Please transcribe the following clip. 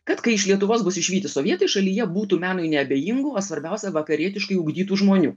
kad kai iš lietuvos bus išvyti sovietai šalyje būtų menui neabejingų o svarbiausia vakarietiškai ugdytų žmonių